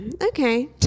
Okay